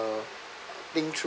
think through